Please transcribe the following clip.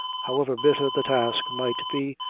however bitter the task might be,